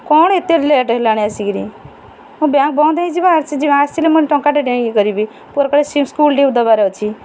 କ'ଣ ଏତେ ଲେଟ୍ ହେଲାଣି ଆସିକିରି ମୋ ବ୍ୟାଙ୍କ୍ ବନ୍ଦ ହୋଇଯିବ ଆସିଲେ ମୁଁ ଟଙ୍କାଟେ ଇଏ କରିବି ପୁଅର ଗଲେ ସ୍କୁଲ୍ ଡିଉ ଦେବାର ଅଛି